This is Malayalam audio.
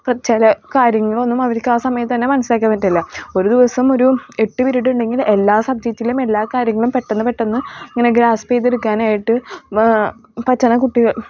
ചില കാര്യങ്ങളൊന്നും അവർക്ക് ആ സമയത്ത് തന്നെ മനസ്സിലാക്കാൻ പറ്റില്ല ഒരു ദിവസം ഒരു എട്ട് പീരീഡ് ഉണ്ടെങ്കിൽ എല്ലാ സബ്ജെക്റ്റിലും എല്ലാ കാര്യങ്ങളും പെട്ടെന്ന് പെട്ടെന്ന് ഇങ്ങനെ ഗ്രാസ്പ്പ് ചെയ്തെടുക്കാനായിട്ട് പറ്റുന്ന കുട്ടികൾ